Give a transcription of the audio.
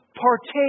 partake